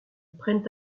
prennent